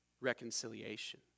reconciliation